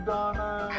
Donna